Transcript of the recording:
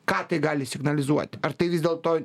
ką tai gali signalizuoti ar tai vis dėlto